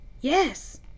Yes